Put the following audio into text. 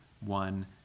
one